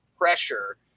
pressure